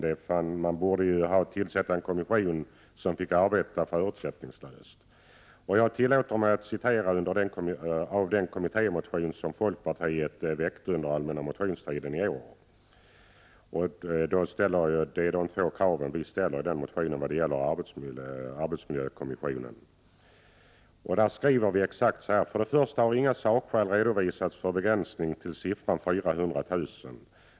Om en kommission skulle tillsättas, skulle den naturligtvis få arbeta förutsättningslöst. Jag tillåter mig att citera ur den kommittémotion som folkpartiet väckte under den allmänna motionstiden i år. Vi ställer två krav vad gäller arbetsmiljökommissionen: ”För det första har inga sakskäl redovisats för begränsningen till siffran 400 000.